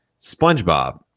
spongebob